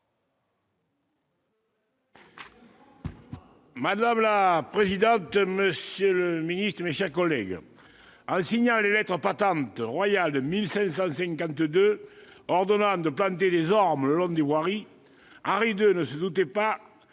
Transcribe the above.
Madame la présidente, monsieur le secrétaire d'État, mes chers collègues, en signant les lettres patentes royales de 1552 ordonnant de planter des ormes le long des voiries, Henri II ne se doutait pas